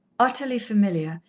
utterly familiar,